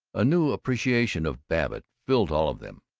a new appreciation of babbitt filled all of them,